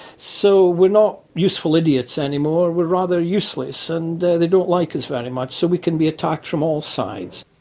so we're not useful idiots anymore we're rather useless. and they don't like us very much so we can be attacked from all sides.